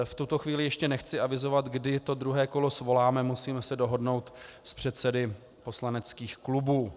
V tuto chvíli ještě nechci avizovat, kdy to druhé kolo svoláme, musíme se dohodnout s předsedy poslaneckých klubů.